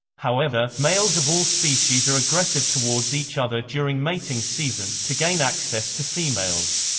however, males of all species are aggressive towards each other during mating season, to gain access to females.